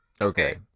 Okay